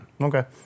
Okay